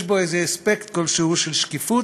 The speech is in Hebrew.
יש בו איזה אספקט כלשהו של שקיפות,